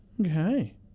Okay